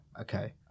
okay